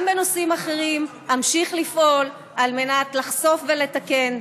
גם בנושאים אחרים אמשיך לפעול על מנת לחשוף ולתקן.